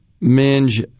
Minge